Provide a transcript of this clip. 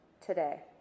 today